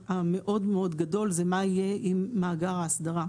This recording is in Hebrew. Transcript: המאוד-מאוד גדול זה מה יהיה עם מאגר האסדרה.